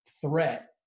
threat